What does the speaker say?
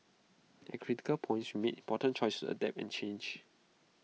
at critical points made important choices to adapt and change